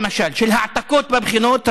למשל של העתקות בבחינות,